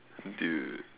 dude